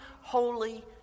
holy